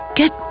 get